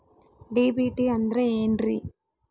DBT ಅಂದ್ರ ಏನ್ರಿ?